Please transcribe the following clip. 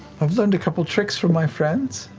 i've learned a couple tricks from my friends.